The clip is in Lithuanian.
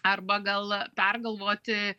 arba gal pergalvoti